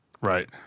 Right